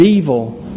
evil